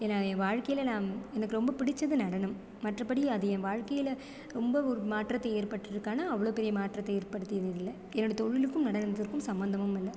ஏன்னால் என் வாழ்க்கையில் நான் எனக்கு ரொம்ப பிடித்தது நடனம் மற்றபடி அது என் வாழ்க்கையில் ரொம்ப ஒரு மாற்றத்தை ஏற்பட்டிருக்கான அவ்வளோ பெரிய மாற்றத்தை ஏற்படுத்தியது இல்லை என்னோடய தொழிலுக்கும் நடனத்திற்கும் சம்பந்தமும் இல்லை